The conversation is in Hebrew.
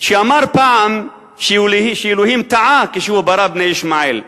שאמר פעם שאלוהים טעה כשהוא ברא את בני ישמעאל,